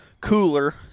cooler